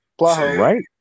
Right